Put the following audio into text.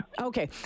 okay